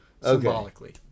Symbolically